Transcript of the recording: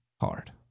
hard